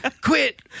Quit